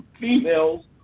females